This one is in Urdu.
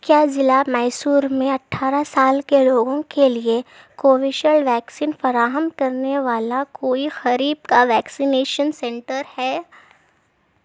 کیا ضلع میسور میں اٹھارہ سال کے لوگوں کے لیے کووشیلڈ ویکسین فراہم کرنے والا کوئی قریب کا ویکسینیشن سینٹر ہے